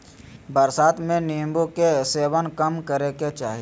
बरसात में नीम्बू के सेवन कम करे के चाही